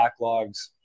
backlogs